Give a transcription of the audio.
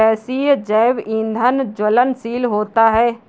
गैसीय जैव ईंधन ज्वलनशील होता है